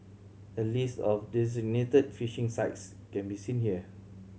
a list of designated fishing sites can be seen here